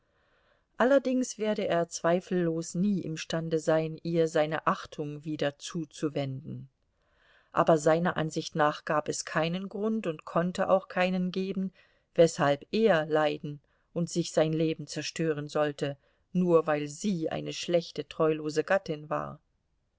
allerdings werde er zweifellos nie imstande sein ihr seine achtung wieder zuzuwenden aber seiner ansicht nach gab es keinen grund und konnte auch keinen geben weshalb er leiden und sich sein leben zerstören sollte nur weil sie eine schlechte treulose gattin war